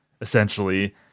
essentially